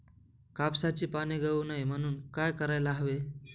कापसाची पाने गळू नये म्हणून काय करायला हवे?